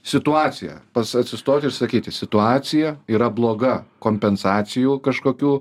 situaciją pas atsistoti ir sakyti situacija yra bloga kompensacijų kažkokių